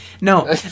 no